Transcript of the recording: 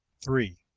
three.